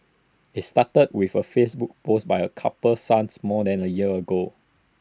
IT started with A Facebook post by A couple's son more than A year ago